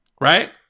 Right